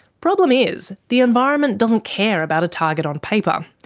problem is, the environment doesn't care about a target on paper.